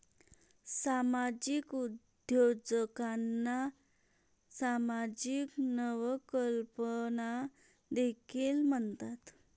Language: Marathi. सामाजिक उद्योजकांना सामाजिक नवकल्पना देखील म्हणतात